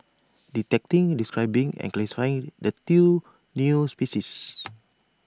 detecting describing and classifying the two new species